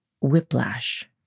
whiplash